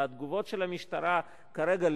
והתגובות של המשטרה כרגע,